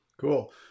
Cool